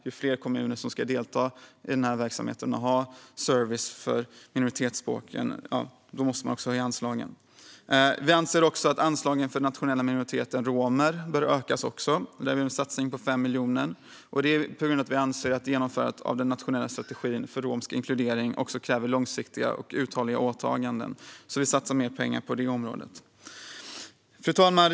Om fler kommuner ska delta i verksamheten och ha service för minoritetsspråken måste man också höja anslagen. Vi anser även att anslagen för den nationella minoriteten romer bör ökas. Där har vi en satsning på 5 miljoner på grund av att vi anser att genomförandet av den nationella strategin för romsk inkludering kräver långsiktiga och uthålliga åtaganden. Vi satsar alltså mer pengar på det området. Fru talman!